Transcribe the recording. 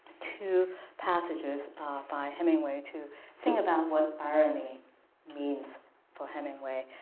two passages by hemingway to think about what irony means for hemingway.